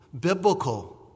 Biblical